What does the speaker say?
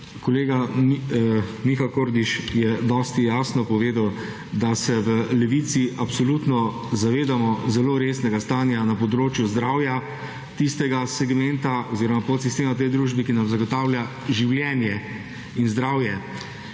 Kolega Miha Kordiš je dosti jasno povedal, da se v Levici absolutno zavedamo zelo resnega stanja na področju zdravja, tistega segmenta oziroma podsistema v tej družbi, ki nam zagotavlja življenje in zdravje.